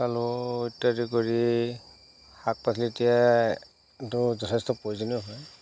আলু ইত্যাদি কৰি শাক পাচলি এতিয়াতো যথেষ্ট প্ৰয়োজনীয় হয়